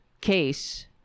case